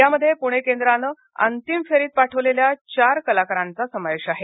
यामध्ये पुणे केंद्रानं अंतिम फेरीत पाठवलेल्या चार कलाकारांचा समावेश आहे